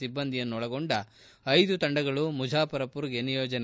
ಸಿಬ್ಲಂದಿಯನ್ನೊಳಗೊಂಡ ಐದು ತಂಡಗಳು ಮುಝಫರ್ಮರ್ಗೆ ನಿಯೋಜನೆ